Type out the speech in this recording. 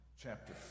chapter